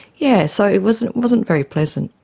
yeah so it wasn't wasn't very pleasant.